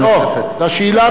לא, שאלה נוספת.